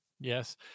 Yes